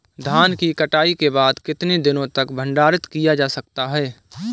धान की कटाई के बाद कितने दिनों तक भंडारित किया जा सकता है?